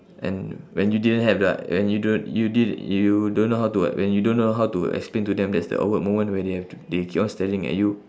and when you didn't have the when you don~ you did~ you don't know how to when you don't know how to explain to them that's the awkward moment where they have to they keep on staring at you